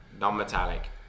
non-metallic